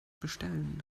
bestellen